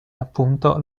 appunto